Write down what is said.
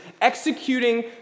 executing